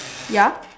ya